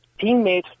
teammate